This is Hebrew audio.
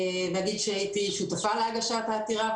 הייתי שותפה להגשת העתירה.